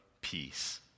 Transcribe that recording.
Peace